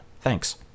Thanks